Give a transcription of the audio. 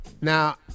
Now